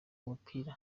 umupira